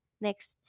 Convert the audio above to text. Next